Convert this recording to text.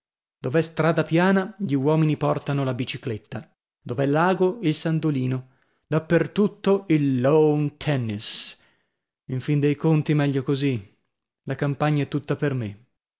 città dov'è strada piana gli uomini portano la bicicletta dov'è lago il sandolino da per tutto il lawn tennis in fin de conti meglio così la campagna è tutta per me